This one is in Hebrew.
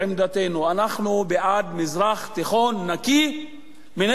אנחנו בעד מזרח תיכון נקי מנשק גרעיני,